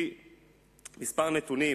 נתונים